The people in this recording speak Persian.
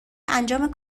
انجام